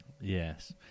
Yes